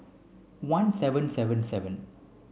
one seven seven seven